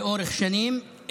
לאורך שנים,